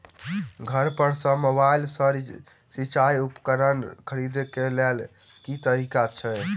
घर पर सऽ मोबाइल सऽ सिचाई उपकरण खरीदे केँ लेल केँ तरीका छैय?